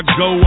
go